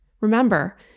Remember